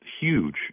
huge